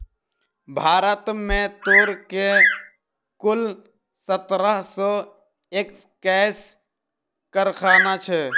भारत में तूर के कुल सत्रह सौ एक्कैस कारखाना छै